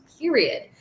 period